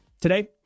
Today